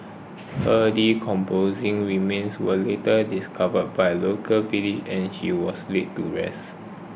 her decomposing remains were later discovered by local villagers and she was laid to rest